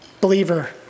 Believer